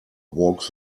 woke